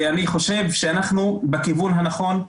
ואני חושב שאנחנו בכיוון הנכון,